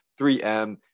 3M